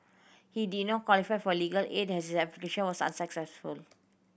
he did not qualify for legal aid and his application was